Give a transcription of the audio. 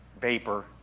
vapor